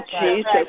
Jesus